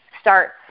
starts